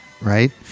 right